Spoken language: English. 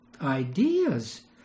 ideas